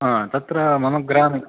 हा तत्र मम ग्रामे